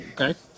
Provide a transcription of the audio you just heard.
Okay